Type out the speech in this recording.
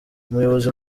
umuyobozi